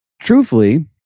truthfully